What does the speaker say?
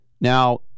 Now